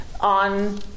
on